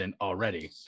already